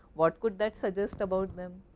what could that suggest about them,